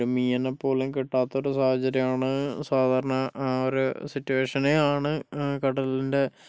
ഒര് മീനിനെപ്പോലും കിട്ടാത്ത ഒരു സാഹചര്യമാണ് സാധാരണ ആ ഒരു സിറ്റ്വേഷനെയാണ് കടലിൻ്റെ